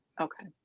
Okay